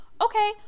Okay